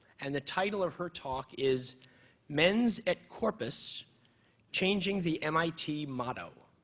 and the title of her talk is men's at corpus changing the mit motto.